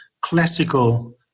classical